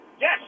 Yes